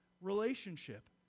relationship